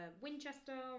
Winchester